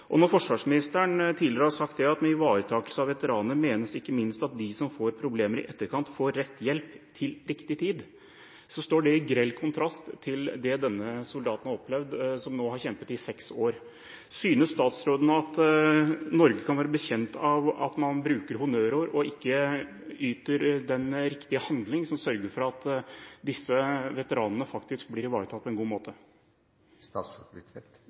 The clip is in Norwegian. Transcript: Forsvarsministeren har tidligere sagt at: «Med ivaretakelse av veteraner, menes ikke minst at de som får problemer i etterkant får rett hjelp til riktig tid.» Det står i grell kontrast til det denne soldaten har opplevd, som nå har kjempet i seks år. Synes statsråden at Norge kan være bekjent av at man bruker honnørord og ikke yter den riktige handling som sørger for at disse veteranene faktisk blir ivaretatt på en god måte?